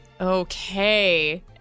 Okay